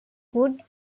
could